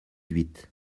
huit